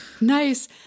nice